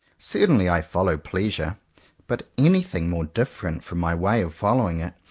certainly i follow pleasure but anything more different from my way of following it,